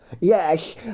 Yes